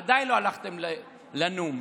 עדיין לא הלכתם לנום.